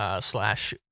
slash